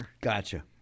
Gotcha